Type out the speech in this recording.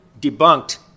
debunked